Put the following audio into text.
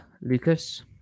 Lucas